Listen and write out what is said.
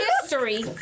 history